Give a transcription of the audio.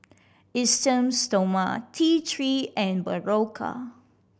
Esteem Stoma T Three and Berocca